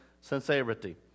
sincerity